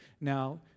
Now